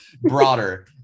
Broader